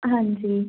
ਹਾਂਜੀ